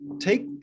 take